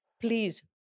please